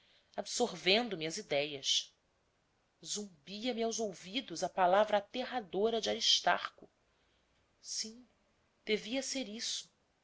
visões absorvendo me as idéias zumbia me aos ouvidos a palavra aterrada de aristarco sim devia ser isto